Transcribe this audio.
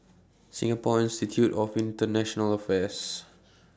Singapore Institute of International Affairs